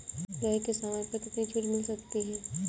लोहे के सामान पर कितनी छूट मिल सकती है